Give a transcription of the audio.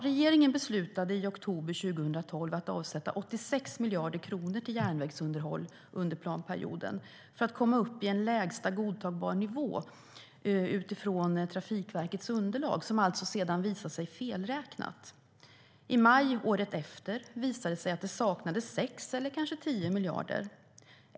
Regeringen beslutade i oktober 2012 att avsätta 86 miljarder kronor till järnvägsunderhåll under planperioden för att komma upp i en lägsta godtagbar nivå utifrån Trafikverkets underlag, som alltså sedan visat sig vara felräknat. I maj året efter visade det sig saknas 6 eller kanske 10 miljarder.